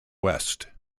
west